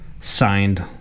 signed